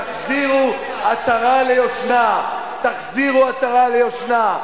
תחזירו עטרה ליושנה, תחזירו עטרה ליושנה.